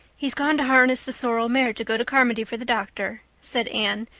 he's gone to harness the sorrel mare to go to carmody for the doctor, said anne,